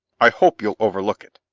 i hope you'll overlook it!